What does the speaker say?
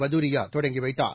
பதூரியா தொடங்கி வைத்தார்